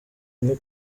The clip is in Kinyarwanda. umwe